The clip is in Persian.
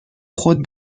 خود